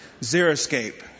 Zeroscape